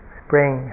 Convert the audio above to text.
spring